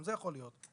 גם זה יכול להיות.